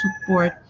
support